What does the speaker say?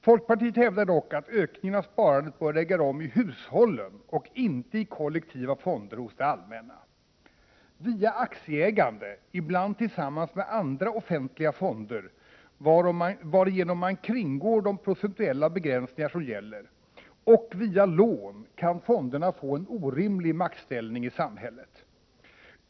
Folkpartiet hävdar dock, att ökningen av sparandet bör äga rum i hushållen och inte i kollektiva fonder hos det allmänna. Via aktieägande — ibland tillsammans med andra offentliga fonder, varigenom man kringgår de procentuella begränsningar som gäller — och via lån kan fonderna få en orimlig maktställning i samhället.